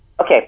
Okay